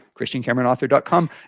christiancameronauthor.com